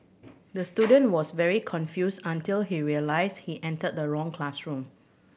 the student was very confused until he realised he entered the wrong classroom